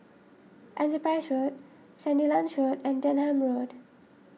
Enterprise Road Sandilands Road and Denham Road